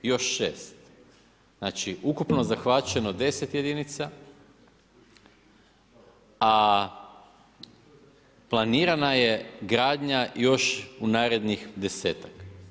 Još 6. Znači ukupno zahvaćeno 10 jedinica a planirana je gradnja još u narednih 10-ak.